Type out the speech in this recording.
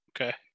Okay